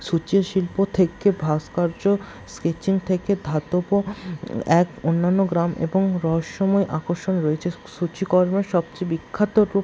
সূচের শিল্প থেকে ভাস্কর্য স্কেচিং থেকে ধাতব এক অনন্য গ্রাম এবং রহস্যময় আকর্ষণ রয়েছে সূচিকর্মের সবচেয়ে বিখ্যাত রূপ